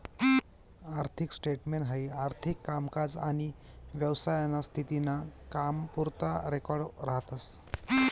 आर्थिक स्टेटमेंट हाई आर्थिक कामकाज आनी व्यवसायाना स्थिती ना कामपुरता रेकॉर्ड राहतस